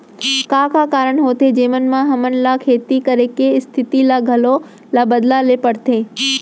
का का कारण होथे जेमन मा हमन ला खेती करे के स्तिथि ला घलो ला बदले ला पड़थे?